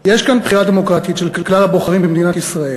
יש כאן בחירה דמוקרטית של כלל הבוחרים במדינת ישראל,